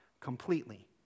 completely